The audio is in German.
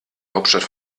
hauptstadt